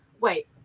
wait